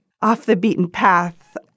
off-the-beaten-path